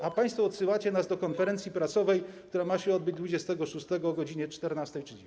A państwo odsyłacie nas do konferencji prasowej, która ma się odbyć dwudziestego szóstego o godz. 14.30.